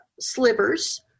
slivers